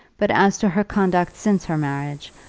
but as to her conduct since her marriage,